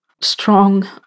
strong